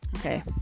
Okay